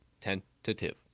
tentative